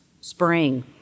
spring